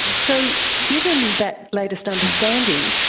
so given that latest understanding,